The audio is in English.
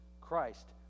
Christ